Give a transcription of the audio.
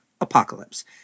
Apocalypse